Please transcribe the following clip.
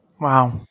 Wow